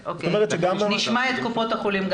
אוקיי, נשמע גם את קופות החולים.